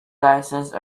license